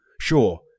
Sure